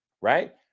Right